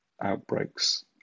outbreaks